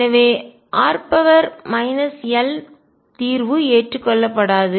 எனவே r l தீர்வு ஏற்றுக்கொள்ளப்படாது